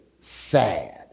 sad